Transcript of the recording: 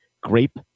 grape